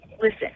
listen